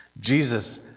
Jesus